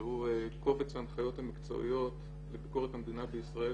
שהוא קובץ ההנחיות המקצועיות לביקורת המדינה בישראל,